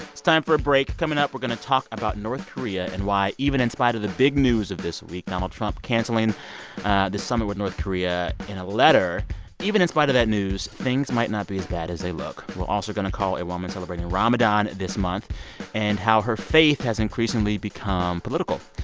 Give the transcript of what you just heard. it's time for a break. coming up, we're going to talk about north korea and why, even in spite of the big news of this week, donald trump canceling the summit with north korea in a letter even in spite of that news, things might not be as bad as they look. we're also going to call a woman celebrating ramadan this month and how her faith has increasingly become political.